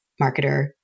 marketer